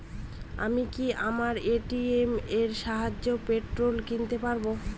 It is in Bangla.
আমি কি আমার এ.টি.এম এর সাহায্যে পেট্রোল কিনতে পারব?